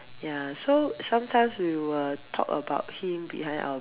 ya so sometimes we will talk about him behind our back